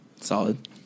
Solid